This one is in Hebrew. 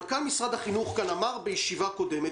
מנכ"ל משרד החינוך אמר כאן בישיבה קודמת